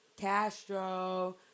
Castro